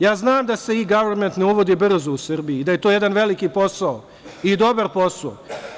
Ja znam da se I-gavrment ne uvodi brzo u Srbiji i da je to jedan veliki posao i dobar posao.